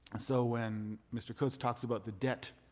so when mr. coates talks about the debt